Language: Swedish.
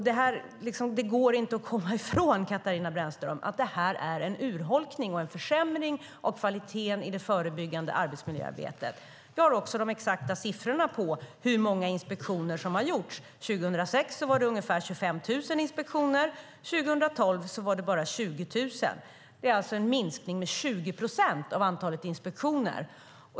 Det går inte att komma ifrån, Katarina Brännström, att detta är en urholkning och en försämring av kvaliteten i det förebyggande arbetsmiljöarbetet. Jag har också de exakta siffrorna på hur många inspektioner som har gjorts. År 2006 var det ungefär 25 000 inspektioner, och 2012 var det bara 20 000. Det är alltså en minskning med 20 procent av antalet inspektioner.